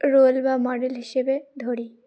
role বা model হিসেবে ধরি